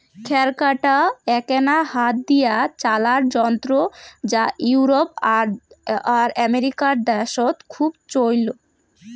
খ্যার কাটা এ্যাকনা হাত দিয়া চালার যন্ত্র যা ইউরোপ আর আমেরিকা দ্যাশত খুব চইল